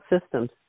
systems